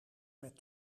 met